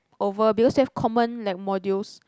over because have common like modules